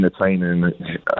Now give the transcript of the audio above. entertaining